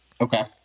Okay